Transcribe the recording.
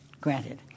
granted